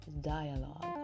dialogue